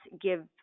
give